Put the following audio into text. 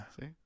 See